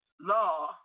law